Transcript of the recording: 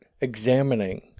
examining